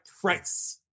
price